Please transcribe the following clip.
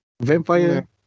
Vampire